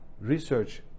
research